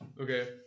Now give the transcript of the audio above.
okay